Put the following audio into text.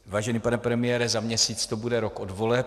Vážený pane premiére, za měsíc to bude rok od voleb.